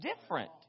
different